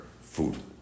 food